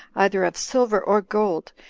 either of silver or gold,